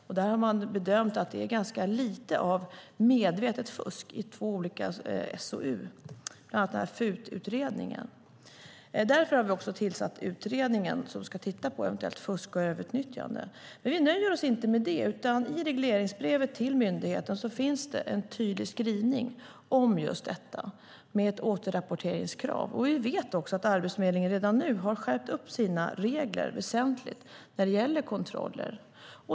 I två olika SOU, bland annat i FUT-utredningen, har man bedömt att det är ganska lite medvetet fusk. Därför har vi också tillsatt den utredning som ska titta på eventuellt fusk och överutnyttjande. Men vi nöjer oss inte med det, utan i regleringsbrevet till myndigheten finns det en tydlig skrivning om just detta och ett återrapporteringskrav. Vi vet också att Arbetsförmedlingen redan nu har skärpt sina regler väsentligt när det gäller kontroller.